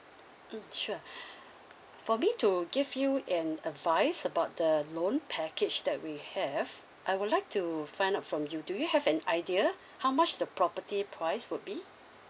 mm sure for me to give you an advice about the loan package that we have I would like to find out from you do you have an idea how much the property price would be